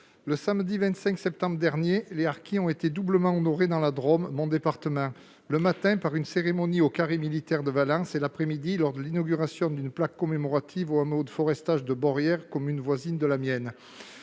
Le samedi 25 septembre 2021, les harkis ont été doublement honorés dans mon département de la Drôme, le matin par une cérémonie au carré militaire de Valence, l'après-midi lors de l'inauguration d'une plaque commémorative au hameau de forestage de Beaurières, commune voisine de la mienne.